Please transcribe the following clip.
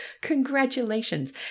Congratulations